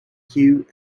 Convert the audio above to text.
queue